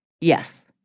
yes